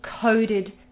coded